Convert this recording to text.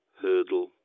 Hurdle